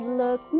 look